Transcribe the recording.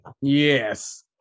Yes